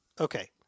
Okay